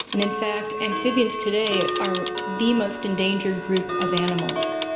and in fact amphibians today are the most endangered group of animals.